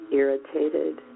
irritated